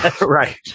Right